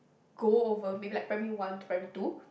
go over maybe like primary one to primary two